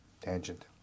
tangent